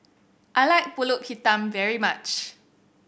I like Pulut Hitam very much